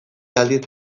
aldiz